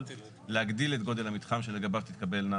להגדיל את גודל המתחם שלגביו תתקבלנה